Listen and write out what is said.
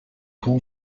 paul